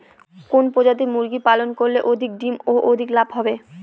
কোন প্রজাতির মুরগি পালন করলে অধিক ডিম ও অধিক লাভ হবে?